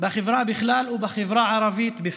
בחברה בכלל ובחברה הערבית בפרט.